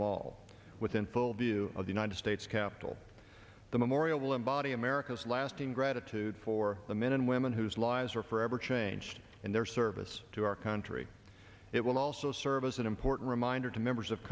mall with in full view of the united states capitol the memorial will embody america's lasting gratitude for the men and women whose lives were forever changed in their service to our country it will also serve as an important reminder to members of